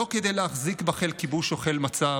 לא כדי להחזיק בה חיל כיבוש או חיל מצב,